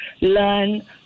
learn